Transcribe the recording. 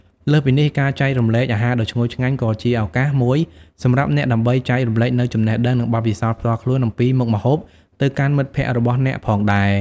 លើសពីនេះ ការចែករំលែកអាហារដ៏ឈ្ងុយឆ្ងាញ់ក៏ជាឱកាសមួយសម្រាប់អ្នកដើម្បីចែករំលែកនូវចំណេះដឹងនិងបទពិសោធន៍ផ្ទាល់ខ្លួនអំពីមុខម្ហូបទៅកាន់មិត្តភក្តិរបស់អ្នកផងដែរ។